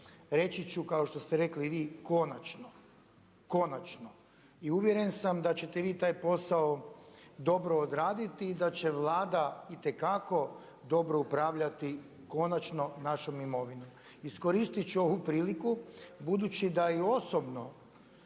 Reći ću kao što ste rekli i vi, konačno, konačno i uvjeren sam da ćete vi taj posao dobro odraditi i da će Vlada itekako dobro upravljati konačno našom imovinom. Iskoristit ću ovu priliku budući da i osobno